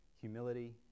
humility